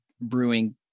brewing